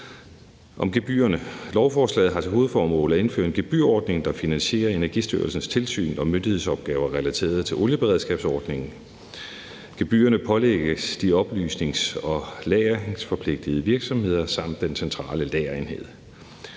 lovforslaget til hovedformål at indføre en gebyrordning, der finansierer Energistyrelsens tilsyn og myndighedsopgaver relateret til olieberedskabsordningen. Gebyrerne pålægges de oplysnings- og lagringsforpligtede virksomheder samt den centrale lagerenhed.